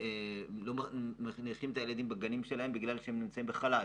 לא שולחים את הילדים לגנים כי הם נמצאים בחל"ת,